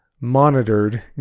monitored